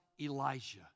Elijah